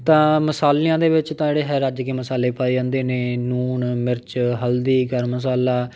ਤਾਂ ਮਸਾਲਿਆਂ ਦੇ ਵਿੱਚ ਤਾਂ ਜਿਹੜੇ ਹੈ ਰੱਜ ਕੇ ਮਸਾਲੇ ਪਾਏ ਜਾਂਦੇ ਨੇ ਨੂਣ ਮਿਰਚ ਹਲਦੀ ਗਰਮ ਮਸਾਲਾ